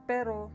Pero